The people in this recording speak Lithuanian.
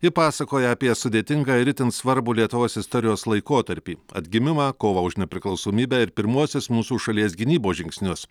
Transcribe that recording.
ji pasakoja apie sudėtingą ir itin svarbų lietuvos istorijos laikotarpį atgimimą kovą už nepriklausomybę ir pirmuosius mūsų šalies gynybos žingsnius